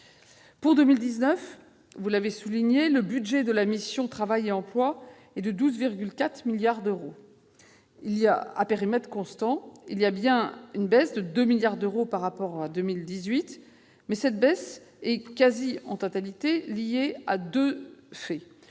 souligné, le budget de la mission « Travail et emploi » est de 12,4 milliards d'euros. À périmètre constant, il y a bien une baisse de crédits de 2 milliards d'euros par rapport à 2018, mais cette baisse est liée, en quasi-totalité, à deux facteurs.